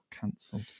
cancelled